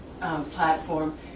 platform